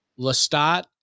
Lestat